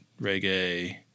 reggae